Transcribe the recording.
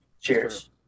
Cheers